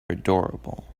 adorable